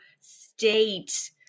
state